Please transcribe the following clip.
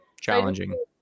challenging